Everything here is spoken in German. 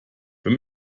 wenn